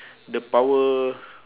the power